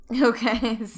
Okay